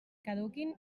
caduquin